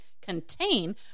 contain